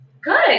Good